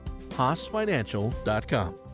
HaasFinancial.com